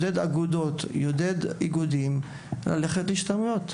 אגודות ואיגודים ללכת להשתלמויות.